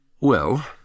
Well